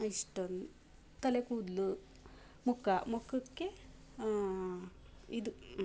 ಇಷ್ಟೊಂದು ತಲೆ ಕೂದಲು ಮುಖ ಮುಖಕ್ಕೆ ಇದು